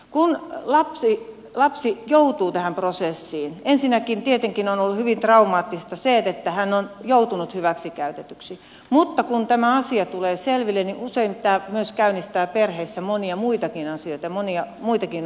kun lapsi joutuu tähän prosessiin ensinnäkin tietenkin on ollut hyvin traumaattista se että hän on joutunut hyväksikäytetyksi mutta kun tämä asia tulee selville niin usein tämä myös käynnistää perheissä monia muitakin asioita monia muitakin ongelmia